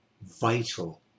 vital